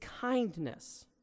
kindness